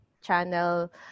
channel